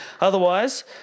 Otherwise